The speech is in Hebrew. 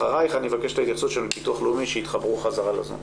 אחרייך אני אבקש את ההתייחסות של ביטוח לאומי שהתחברו חזרה לזום.